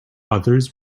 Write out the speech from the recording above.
others